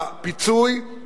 בפיצוי